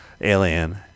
Alien